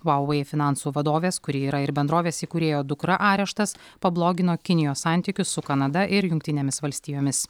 vauvei finansų vadovės kuri yra ir bendrovės įkūrėjo dukra areštas pablogino kinijos santykius su kanada ir jungtinėmis valstijomis